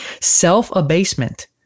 Self-abasement